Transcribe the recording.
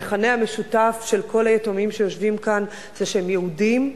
המכנה המשותף של כל היתומים שיושבים כאן זה שהם יהודים,